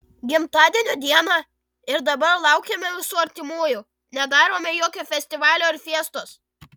gimtadienio dieną ir dabar laukiame visų artimųjų nedarome jokio festivalio ar fiestos